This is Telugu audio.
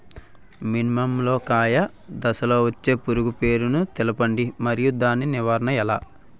మినుము లో కాయ దశలో వచ్చే పురుగు పేరును తెలపండి? మరియు దాని నివారణ ఎలా?